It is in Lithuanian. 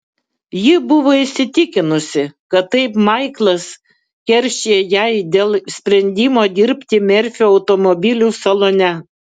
ji buvo įsitikinusi kad taip maiklas keršija jai dėl sprendimo dirbti merfio automobilių salone